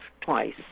twice